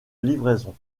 livraison